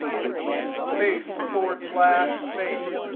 space, forward slash, space,